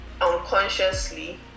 unconsciously